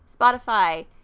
Spotify